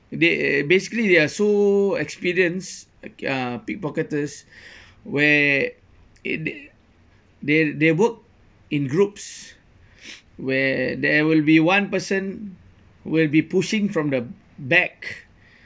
they basically they are so experienced uh pickpocketers where it they they work in groups where there will be one person will be pushing from the back